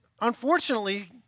unfortunately